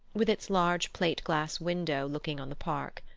with its large plate glass window looking on the park.